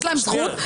יש להם זכות,